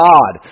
God